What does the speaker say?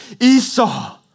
Esau